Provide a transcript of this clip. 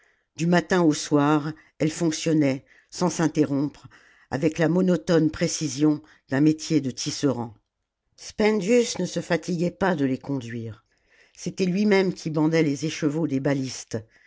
du matin au soir elles fonctionnaient sans s'interrompre avec la monotone précision d'un métier de tisserand r spendms ne se fatiguait pas de les conduire c'était lui-même qui bandait les écheveaux des balistes